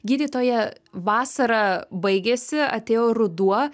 gydytoja vasara baigėsi atėjo ruduo